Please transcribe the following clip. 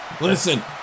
Listen